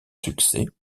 succès